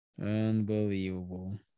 Unbelievable